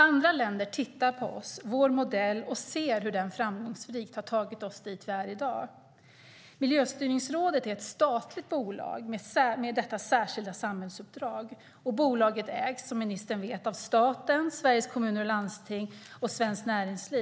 Andra länder tittar på oss och vår modell och ser hur den framgångsrikt har tagit oss till den plats där vi är i dag. Miljöstyrningsrådet är ett statligt bolag med detta särskilda samhällsuppdrag. Bolaget ägs, som ministern vet, av staten, Sveriges Kommuner och Landsting och Svenskt Näringsliv.